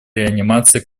реанимации